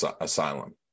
asylum